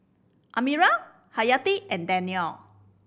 Amirah Hayati and Danial